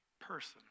person